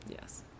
Yes